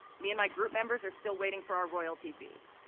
me and my group members are still waiting for our royalty fees.